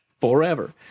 forever